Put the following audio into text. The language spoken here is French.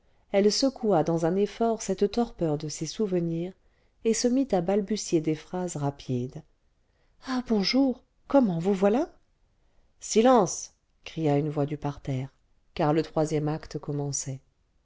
elle secoua dans un effort cette torpeur de ses souvenirs et se mit à balbutier des phrases rapides ah bonjour comment vous voilà silence cria une voix du parterre car le troisième acte commençait